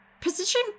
Position